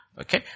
Okay